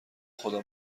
خدا